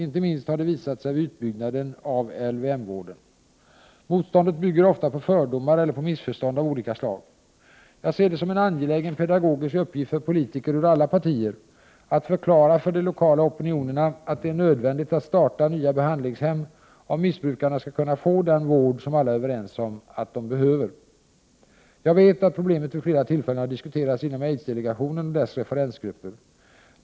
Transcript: Inte minst har det visat sig vid utbyggnaden av LVM-vården. Motståndet bygger ofta på fördomar eller på missförstånd av olika slag. Jag ser det som en angelägen pedagogisk uppgift för politiker ur alla partier att förklara för de lokala opinionerna att det är nödvändigt att starta nya behandlingshem, om missbrukarna skall kunna få den vård som alla är överens om att de behöver. Jag vet att problemet vid flera tillfällen har diskuterats inom aidsdelegationen och dess referensgrupper.